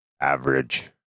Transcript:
Average